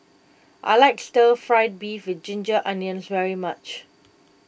I like Stir Fried Beef with Ginger Onions very much